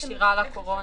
בהוצאה לפועל.